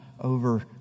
over